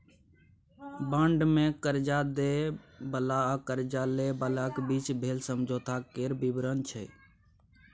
bond मे करजा दय बला आ करजा लय बलाक बीचक भेल समझौता केर बिबरण छै